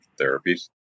therapies